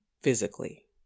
physically